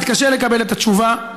מתקשה לקבל את התשובה.